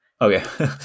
Okay